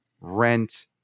rent